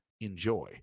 Enjoy